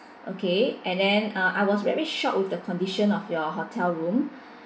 okay and then uh I was very shocked with the condition of your hotel room